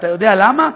אתה יודע למה?